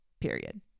period